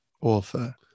author